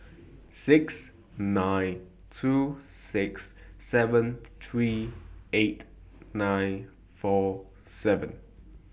six nine two six seven three eight nine four seven